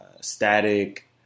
Static